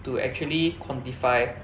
to actually quantify